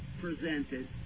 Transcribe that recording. presented